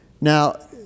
Now